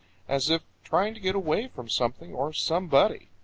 as if trying to get away from something or somebody.